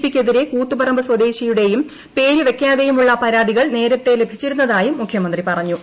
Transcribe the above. പിക്ക് എതിരെ കൂത്തുപറമ്പ് സ്വദേശിയുടെയും പേര് വെക്കാതെയുമുള്ള പരാതികൾ നേരത്തെ ലഭിച്ചിരുന്നുവെന്ന് മുഖ്യമന്ത്രി പറഞ്ഞു